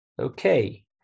okay